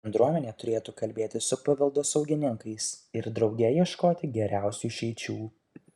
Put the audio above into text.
bendruomenė turėtų kalbėtis su paveldosaugininkais ir drauge ieškoti geriausių išeičių